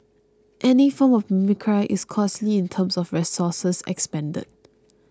any form of mimicry is costly in terms of resources expended